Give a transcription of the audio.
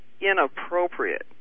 inappropriate